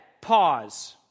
Pause